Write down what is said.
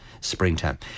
springtime